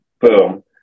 Boom